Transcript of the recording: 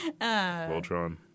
Voltron